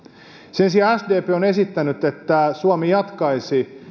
sen sijaan sdp on esittänyt että suomi jatkaisi